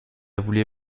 voulait